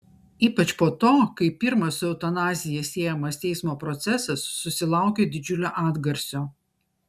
ypač po to kai pirmas su eutanazija siejamas teismo procesas susilaukė didžiulio atgarsio